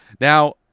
Now